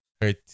hurt